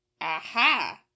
Aha